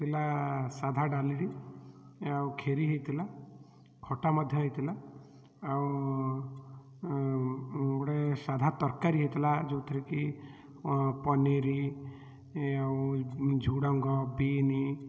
ଥିଲା ସାଧା ଡ଼ାଲିଟି ଆଉ ଖିରି ହୋଇଥିଲା ଖଟା ମଧ୍ୟ ହୋଇଥିଲା ଆଉ ଗୋଟେ ସାଧା ତରକାରୀ ହୋଇଥିଲା ଯେଉଁଥିରେ କି ପନିର୍ ଏ ଆଉ ଝୁଡ଼ଙ୍ଗ ବିନ୍